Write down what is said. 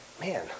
Man